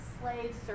slaves